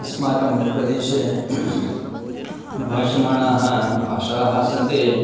अस्माकं प्रदेशे भाषमाणाः भाषाः सन्ति